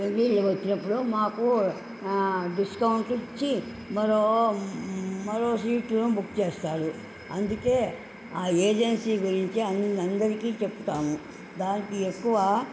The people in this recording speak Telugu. పెళ్ళిళ్ళు వచ్చినప్పుడు మాకు డిస్కౌంట్ ఇచ్చి మరో మరో సీట్లను బుక్ చేస్తాడు అందుకే ఆ ఏజెన్సీ గురించి అందరికి చెప్తాము దానికి ఎక్కువ